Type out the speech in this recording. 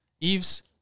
Eves